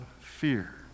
fear